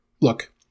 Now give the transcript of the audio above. look